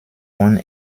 won